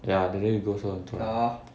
ya that day we go also 很多人